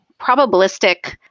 probabilistic